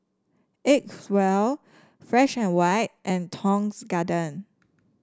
Acwell Fresh And White and Tong's Garden